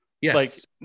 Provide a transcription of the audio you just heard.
Yes